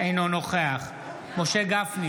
אינו נוכח משה גפני,